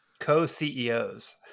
Co-CEOs